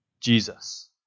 Jesus